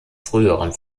früheren